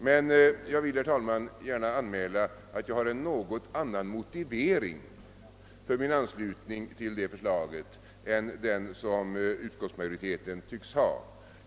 Men jag vill, herr talman, gärna anmäla att jag har en annan motivering för min anslutning till förslaget än den som utskottsmajoriteten tycks ha.